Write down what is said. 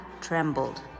trembled